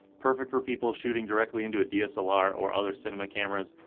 perfect for people shooting directly into a dslr or other cinema cameras.